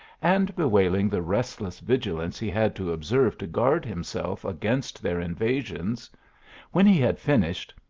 and bewailing the restless vigilance he had to observe to guard himself against their invasions when he had fin ished,